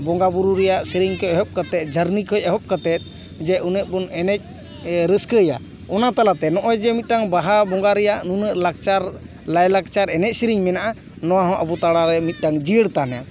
ᱵᱚᱸᱜᱟ ᱵᱳᱨᱳ ᱨᱮᱭᱟᱜ ᱥᱮᱨᱮᱧ ᱠᱚ ᱮᱦᱚᱵ ᱠᱟᱛᱮᱫ ᱡᱷᱟᱨᱱᱤ ᱠᱷᱚᱡ ᱮᱦᱚᱵ ᱠᱟᱛᱮᱫ ᱡᱮ ᱩᱱᱟᱹᱜ ᱵᱚᱱ ᱮᱱᱮᱡ ᱨᱟᱹᱥᱠᱟᱹᱭᱟ ᱚᱱᱟ ᱛᱟᱞᱟᱛᱮ ᱱᱚᱜᱼᱚᱭ ᱡᱮ ᱢᱤᱫᱴᱟᱝ ᱵᱟᱦᱟ ᱵᱚᱸᱜᱟ ᱨᱮᱭᱟᱜ ᱱᱩᱱᱟᱹᱜ ᱞᱟᱠᱪᱟᱨ ᱞᱟᱭ ᱞᱟᱠᱪᱟᱨ ᱮᱱᱮᱡ ᱥᱮᱨᱮᱧ ᱢᱮᱱᱟᱜᱼᱟ ᱱᱚᱣᱟ ᱦᱚᱸ ᱟᱵᱚ ᱛᱟᱞᱟᱨᱮ ᱡᱤᱭᱟᱹᱲ ᱛᱟᱦᱮᱱᱟ